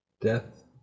death